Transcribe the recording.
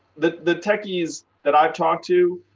the the techies that i've talked to,